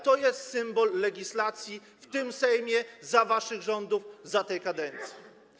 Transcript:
To jest symbol legislacji w tym Sejmie, za waszych rządów, za tej kadencji.